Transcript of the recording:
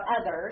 others